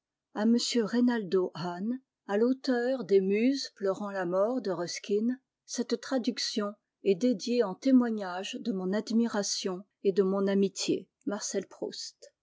m t ynamo hahn à l'auteur des muses pleurant la mort de hsa cette traduction est ediée en témoignage de mon admiration et de mon amitié